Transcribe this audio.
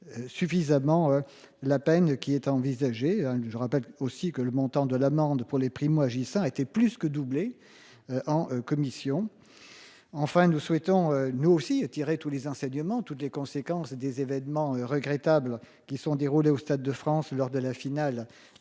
Suffisamment la peine qui est envisagée. Je rappelle aussi que le montant de l'amende pour les primo-agissant était plus que doublé. En commission. Enfin nous souhaitons nous aussi tirer tous les enseignements toutes les conséquences des événements regrettables qui sont déroulées au Stade de France lors de la finale